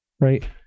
right